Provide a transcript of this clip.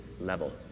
level